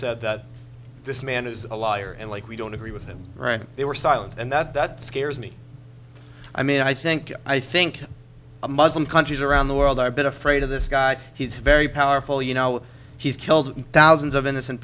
said that this man is a liar and like we don't agree with him right they were silent and that that scares me i mean i think i think a muslim countries around the world are a bit afraid of this guy he's very powerful you know he's killed thousands of innocent